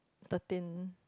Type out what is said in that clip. thirteen